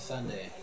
Sunday